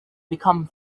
become